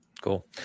cool